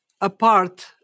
apart